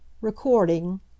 Recording